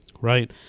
right